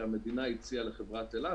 שהמדינה הציעה לחברת אל על,